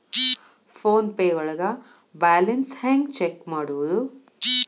Phone pay ಒಳಗ balance ಹೆಂಗ್ check ಮಾಡುವುದು?